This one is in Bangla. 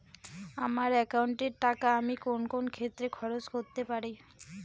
আমার একাউন্ট এর টাকা আমি কোন কোন ক্ষেত্রে খরচ করতে পারি?